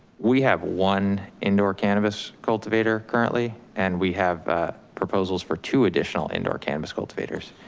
we have one indoor cannabis cultivator currently. and we have proposals for two additional indoor cannabis cultivators,